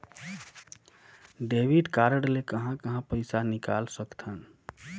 Debit card ले कहां कहां पइसा निकाल सकथन?